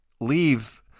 leave